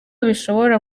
bishobora